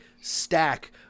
stack